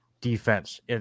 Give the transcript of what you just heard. defense